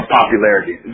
popularity